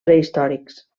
prehistòrics